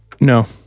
No